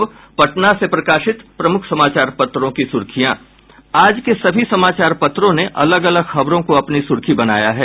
अब पटना से प्रकाशित प्रमुख समाचार पत्रों की सुर्खियां आज के सभी समाचार पत्रों ने अलग अलग खबरों को अपनी सुर्खी बनाया है